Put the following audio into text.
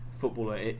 footballer